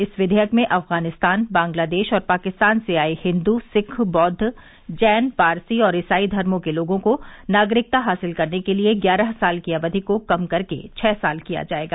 इस विघेयक में अफगानिस्तान बांग्लादेश और पाकिस्तान से आए हिंद सिख बौद्व जैन पारसी और इसाई धर्मों के लोगों को नागरिकता हासिल करने के लिए ग्यारह साल की अवधि को कम करके छह साल किया जाएगा